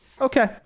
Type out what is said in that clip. Okay